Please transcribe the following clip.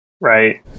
right